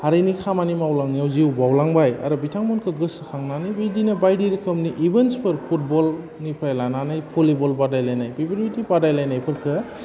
हारिनि खामानि मावलांनायाव जिउ बाउलांबाय आरो बिथांमोनखौ गोसोखांनानै बिदिनो बायदि रोखोमनि इभोन्ट्सफोर फुटबलनिफ्राय लानानै भलिबल बादायलायनाय बिफोरबायदि बादायलायनायफोरखौ